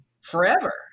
forever